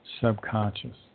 subconscious